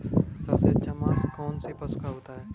सबसे अच्छा मांस कौनसे पशु का होता है?